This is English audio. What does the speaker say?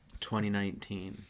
2019